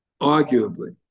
arguably